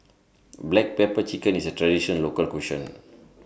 Black Pepper Chicken IS A Traditional Local Cuisine